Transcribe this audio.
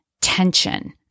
tension